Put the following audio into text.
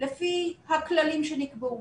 לפי הכללים שנקבעו